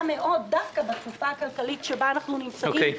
מאוד דווקא בתקופה הכלכלית שבה אנחנו נמצאים,